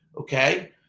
okay